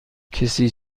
کسی